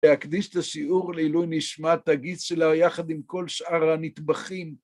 להקדיש את השיעור לעילוי נשמת הגיס שלה יחד עם כל שאר הנטבחים.